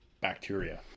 bacteria